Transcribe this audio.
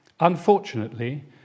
Unfortunately